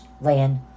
land